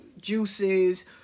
juices